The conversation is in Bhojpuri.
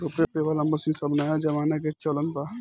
रोपे वाला मशीन सब नया जमाना के चलन बा